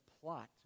plot